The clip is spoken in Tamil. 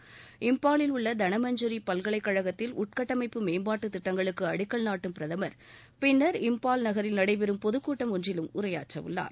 வளாகத்தை பிரதமர் இம்பாவில் உள்ள தனமஞ்சரி பல்கலைக்கழகத்தில் உள்கட்டமைப்பு மேம்பாட்டு திட்டங்களுக்கு அடிக்கல் நாட்டும் பிரதமர் பின்னர் இம்பால் நகரில் நடைபெறும் பொதுக் கூட்டம் ஒன்றிலும் உரையாற்றவுள்ளார்